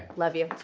love you.